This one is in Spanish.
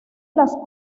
las